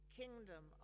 kingdom